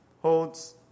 holds